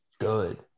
good